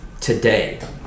today